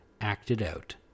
acted-out